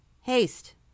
haste